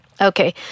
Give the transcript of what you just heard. Okay